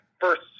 first